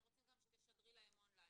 הם רוצים שידור און-ליין,